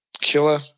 killer